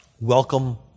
welcome